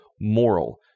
moral